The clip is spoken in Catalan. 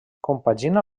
compagina